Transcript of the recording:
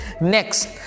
Next